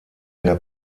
mehr